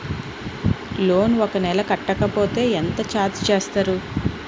Loan ఒక నెల కట్టకపోతే ఎంత ఛార్జ్ చేస్తారు?